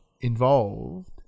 involved